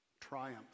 triumph